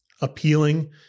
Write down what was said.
appealing